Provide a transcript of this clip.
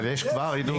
אבל יש כבר עדות.